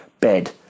bed